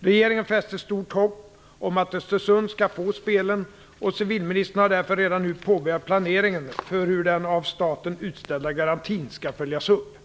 Regeringen fäster stort hopp om att Östersund skall få spelen, och civilministern har därför redan nu påbörjat planeringen för hur den av staten utställda garantin skall följas upp.